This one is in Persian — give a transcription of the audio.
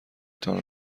تان